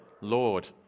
Lord